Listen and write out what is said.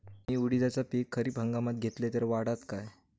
मी उडीदाचा पीक खरीप हंगामात घेतलय तर वाढात काय?